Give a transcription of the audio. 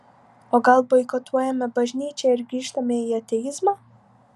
o gal boikotuojame bažnyčią ir grįžtame į ateizmą